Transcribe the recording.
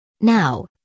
Now